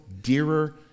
dearer